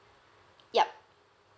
ya